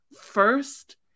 first